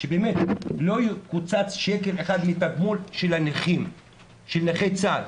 כדי שבאמת לא יקוצץ שקל אחד מהתגמול של נכי צה"ל.